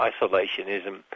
isolationism